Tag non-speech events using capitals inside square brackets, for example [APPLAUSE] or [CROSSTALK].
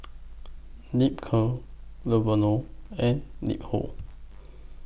Ripcurl [UNINTELLIGIBLE] and LiHo